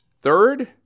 Third